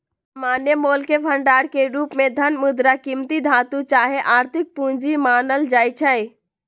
सामान्य मोलके भंडार के रूप में धन, मुद्रा, कीमती धातु चाहे आर्थिक पूजी मानल जाइ छै